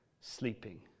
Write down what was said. sleeping